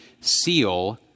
seal